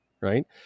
right